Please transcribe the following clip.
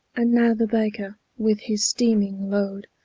and now the baker, with his steaming load,